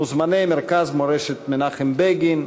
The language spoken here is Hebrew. מוזמני מרכז מורשת מנחם בגין,